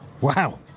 Wow